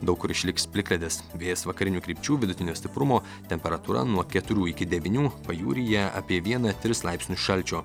daug kur išliks plikledis vėjas vakarinių krypčių vidutinio stiprumo temperatūra nuo keturių iki devynių pajūryje apie vieną tris laipsnius šalčio